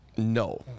No